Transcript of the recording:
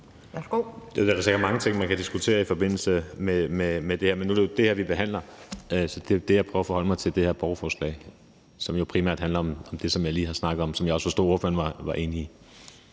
Der er da sikkert mange ting, man kan diskutere i forbindelse med det her, men nu er det jo det her borgerforslag, vi behandler, så det er det, jeg prøver at forholde mig til. Og det handler jo primært om det, som jeg lige har snakket om, og som jeg også forstod at ordføreren var enig i.